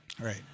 Right